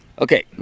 Okay